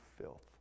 filth